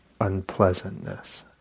unpleasantness